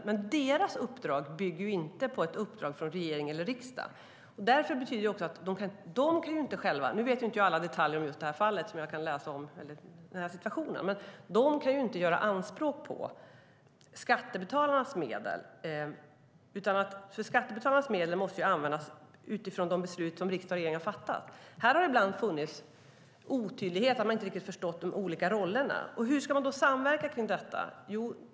Men deras uppdrag bygger inte på ett uppdrag från regering eller riksdag. Nu känner jag inte till alla detaljer om just detta fall och den situation som vi har kunnat läsa om, men det betyder att parterna och organisationerna inte själva kan göra anspråk på skattebetalarnas medel. Dessa medel måste användas utifrån de beslut som riksdag och regering har fattat. Här har det ibland funnits otydligheter, och man har inte riktigt förstått de olika rollerna. Hur ska man då samverka om detta?